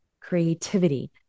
creativity